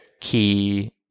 key